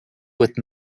with